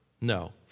No